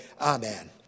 Amen